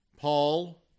Paul